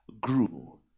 grew